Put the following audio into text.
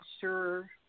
sure